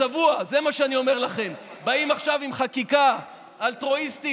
ביקשנו לפני רגע מעל הדוכן הזה,